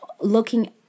looking